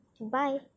Bye